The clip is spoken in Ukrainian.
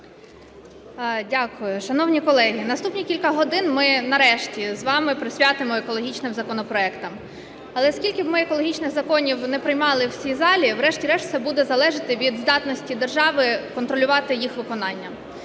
Дякую. Шановні колеги, наступні кілька годин ми нарешті з вами присвятимо екологічним законопроектам. Але скільки б ми екологічних законів не приймали в цій залі, врешті-решт усе буде залежати від здатності держави контролювати їх виконання.